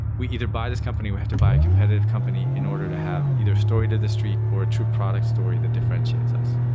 we either by this company or we have to buy competitive company in order to have either story to the street or true product story that differentiates us.